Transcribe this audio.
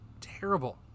Terrible